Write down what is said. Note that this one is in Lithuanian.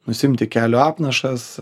nusiimti kelio apnašas